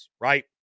right